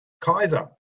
Kaiser